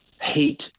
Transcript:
hate